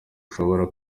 ushobora